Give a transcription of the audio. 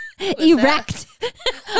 erect